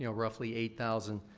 you know roughly eight thousand,